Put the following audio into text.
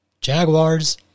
Jaguars